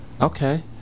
Okay